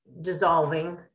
dissolving